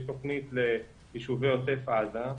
יש תוכנית ליישובי עוטף עזה,